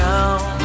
down